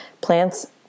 plants